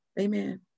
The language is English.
Amen